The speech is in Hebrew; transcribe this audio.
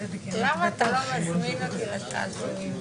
בכל מקרה יש לי פה עוד אינטרס שתגישו כתבי אישום